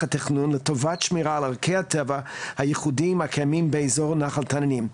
התכנון לטובת שמירה על ערכי הטבע הייחודיים הקיימים באזור נחל תנינים.